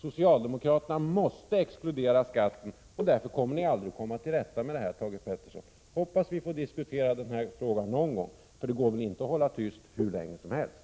Socialdemokraterna måste exkludera skatten, och därför kommer ni aldrig till rätta med det här, Thage G. Peterson. Jag hoppas att vi får diskutera den här frågan någon gång, för det går väl inte att hålla tyst hur länge som helst.